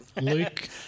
Luke